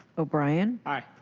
o'brien. aye.